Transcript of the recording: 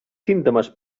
símptomes